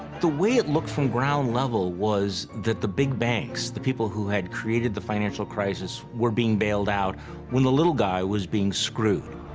the way it looked from ground level was that the big banks, the people who had created the financial crisis, were being bailed out when the little guy was being screwed.